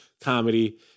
comedy